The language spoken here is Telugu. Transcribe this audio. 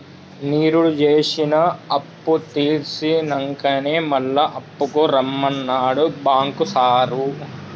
నిరుడు జేసిన అప్పుతీర్సినంకనే మళ్ల అప్పుకు రమ్మన్నడు బాంకు సారు